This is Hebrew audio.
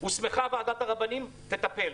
ועדת רבנים הוסמכה תטפל.